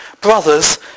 Brothers